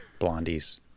blondies